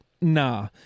nah